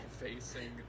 facing